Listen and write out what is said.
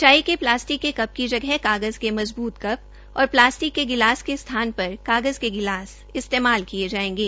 चाय के प्लास्टिक के रूप कप की जगह कागज़ के मजबूत कप और प्लास्टिक के गिलास के स्थान पर कागज़ के गिलास इस्तेमाल किये जायेंगे